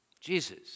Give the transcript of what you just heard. Jesus